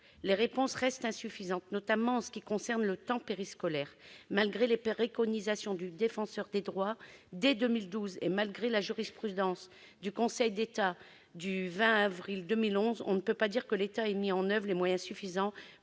les réponses restent insuffisantes, notamment en ce qui concerne le temps périscolaire. Malgré les préconisations formulées par le Défenseur des droits dès 2012 et malgré la jurisprudence du Conseil d'État du 20 avril 2011, on ne peut pas dire que l'État ait mis en oeuvre les moyens suffisants